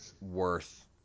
worth